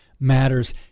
matters